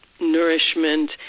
nourishment